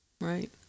right